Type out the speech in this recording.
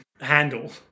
handle